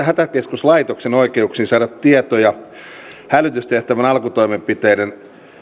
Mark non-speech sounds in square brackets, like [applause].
[unintelligible] hätäkeskuslaitoksen oikeuksiin saada tietoja hälytystehtävän alkutoimenpiteiden